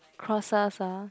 cross us ah